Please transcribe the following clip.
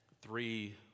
three